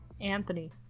Anthony